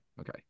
okay